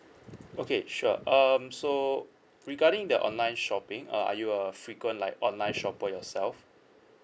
okay sure um so regarding the online shopping uh are you a frequent like online shopper yourself